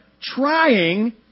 trying